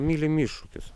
mylim iššūkius